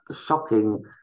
shocking